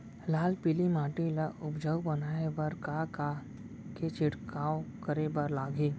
लाल पीली माटी ला उपजाऊ बनाए बर का का के छिड़काव करे बर लागही?